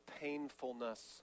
painfulness